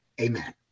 Amen